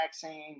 vaccine